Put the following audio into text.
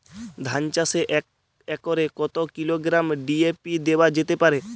ধান চাষে এক একরে কত কিলোগ্রাম ডি.এ.পি দেওয়া যেতে পারে?